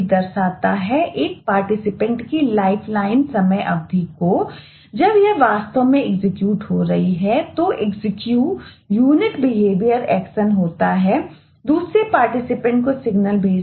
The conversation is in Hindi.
दूसरा एग्जीक्यूशन फ्रेगमेंटसे